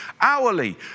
hourly